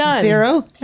zero